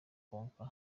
konka